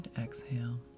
exhale